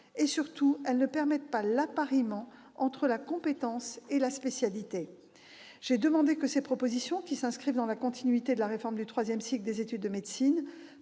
et, surtout, ne permettent pas l'appariement entre la compétence et la spécialité. J'ai demandé que ces propositions, qui s'inscrivent dans la continuité de la réforme du troisième cycle des études de médecine,